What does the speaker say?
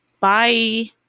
Bye